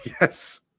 Yes